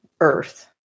Earth